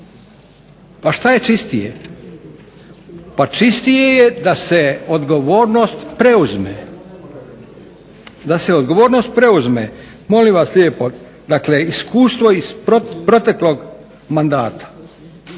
A što je čistije? Čistije je da se odgovornost preuzme. Molim vas lijepo, dakle iskustvo iz proteklog mandata